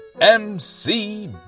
mc